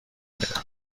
میدهد